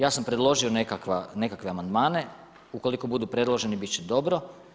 Ja sam predložio nekakve amandmane, ukoliko budu predloženi biti će dobro.